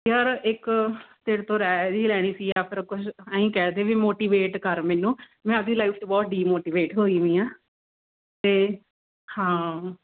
ਯਾਰ ਇੱਕ ਤੇਰੇ ਤੋਂ ਰਾਏ ਜਿਹੀ ਲੈਣੀ ਸੀ ਜਾਂ ਫਿਰ ਕੁਛ ਐਂ ਹੀ ਕਹਿ ਦੇ ਵੀ ਮੋਟੀਵੇਟ ਕਰ ਮੈਨੂੰ ਮੈਂ ਆਪਣੀ ਲਾਈਫ 'ਚ ਬਹੁਤ ਡੀਮੋਟੀਵੇਟ ਹੋਈ ਹੋਈ ਹਾਂ ਅਤੇ ਹਾਂ